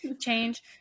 change